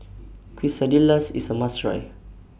Quesadillas IS A must Try